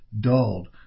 dulled